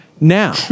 Now